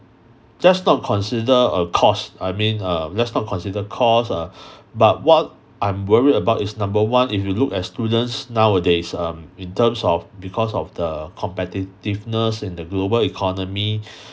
just not consider a cost I mean err let's not consider cost uh but what I'm worried about is number one if you look at students nowadays um in terms of because of the competitiveness in the global economy